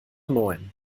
neun